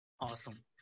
Awesome